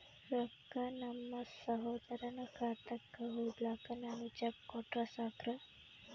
ರೊಕ್ಕ ನಮ್ಮಸಹೋದರನ ಖಾತಕ್ಕ ಹೋಗ್ಲಾಕ್ಕ ನಾನು ಚೆಕ್ ಕೊಟ್ರ ಸಾಕ್ರ?